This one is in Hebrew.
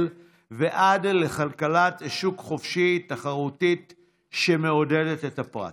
ועד לכלכלת שוק חופשי תחרותית שמעודדת את הפרט.